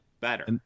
better